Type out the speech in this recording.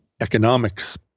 economics